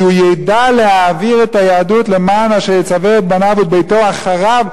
כי הוא יֵדע להעביר את היהדות: "למען אשר יצוֶה את בניו וביתו אחריו,